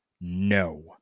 no